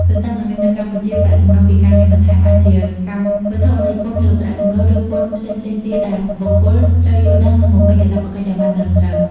ទន្ទឹមនឹងនេះនៅកម្ពុជា ប្រាក់ចំណូលពីការងារបន្ថែមអាចជាកម្មវត្ថុនៃពន្ធលើប្រាក់ចំណូល ឬពន្ធផ្សេងៗទៀត ដែលបុគ្គលត្រូវយល់ដឹង និងបំពេញកាតព្វកិច្ចឱ្យបានត្រឹមត្រូវ។